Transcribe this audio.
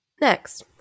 Next